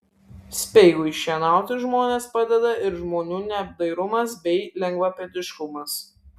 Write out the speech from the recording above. speigui šienauti žmones padeda ir žmonių neapdairumas bei lengvapėdiškumas